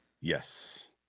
Yes